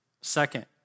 Second